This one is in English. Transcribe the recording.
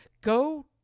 Go